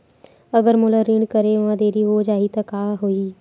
अगर मोला ऋण करे म देरी हो जाहि त का होही?